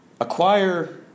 acquire